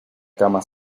cama